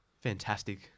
fantastic